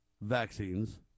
vaccines